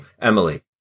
Emily